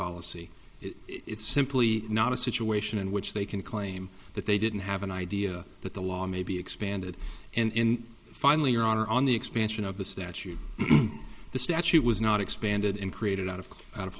policy it's simply not a situation in which they can claim that they didn't have an idea that the law may be expanded and in finally your honor on the expansion of the statute the statute was not expanded and created out of out of